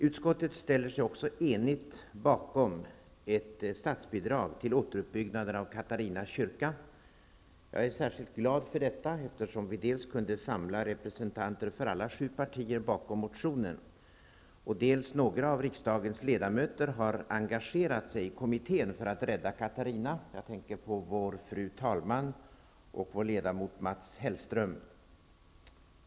Utskottet ställer sig också enigt bakom ett statsbidrag till återuppbyggnaden av Katarina kyrka. Jag är särskilt glad över detta, eftersom dels representanter för alla sju riksdagspartier kunde samlas bakom motionen, dels några av riksdagens ledamöter har engagerat sig i kommittén för att rädda Katarina kyrka. Jag tänker på vår fru talman och på ledamoten Mats Hellström.